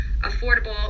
affordable